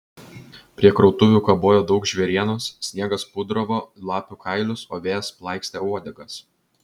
prie krautuvių kabojo daug žvėrienos sniegas pudravo lapių kailius o vėjas plaikstė uodegas